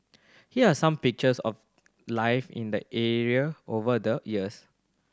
here are some pictures of life in the area over the years